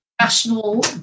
national